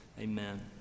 Amen